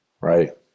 Right